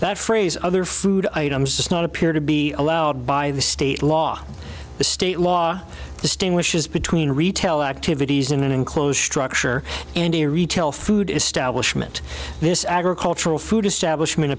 that phrase other food items does not appear to be allowed by the state law the state law distinguishes between retail activities in an enclosed structure and a retail food establishment this agricultural food establishment